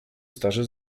starzy